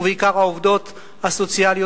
ובעיקר העובדות הסוציאליות,